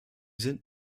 sind